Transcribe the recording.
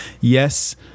Yes